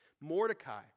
Mordecai